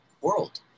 world